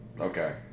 Okay